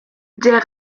der